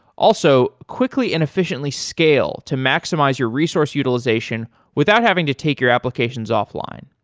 also, quickly and efficiently scale to maximize your resource utilization without having to take your applications offline.